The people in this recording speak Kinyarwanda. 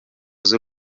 z’u